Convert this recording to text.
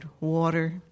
water